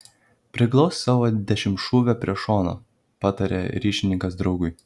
priglausk savo dešimtšūvę prie šono pataria ryšininkas draugui